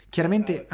Chiaramente